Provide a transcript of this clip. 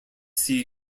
sea